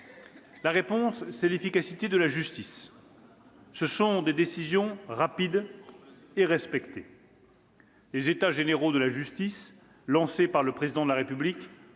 La réponse, c'est aussi l'efficacité de la justice. Ce sont des décisions rapides et respectées. Les États généraux de la justice, lancés par le Président de la République,